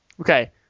Okay